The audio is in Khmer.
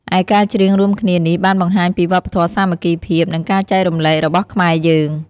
ឯការច្រៀងរួមគ្នានេះបានបង្ហាញពីវប្បធម៌សាមគ្គីភាព និងការចែករំលែករបស់ខ្មែរយើង។